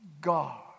God